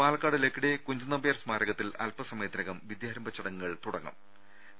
പാലക്കാട് ലക്കിടി കുഞ്ചൻ നമ്പ്യാർ സ്മാരകത്തിൽ അൽപ സമയ ത്തിനകം വിദ്യാരംഭ ചടങ്ങുകൾ ആരംഭിക്കും